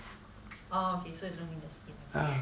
oh okay so it's only the skin